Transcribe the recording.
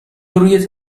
روی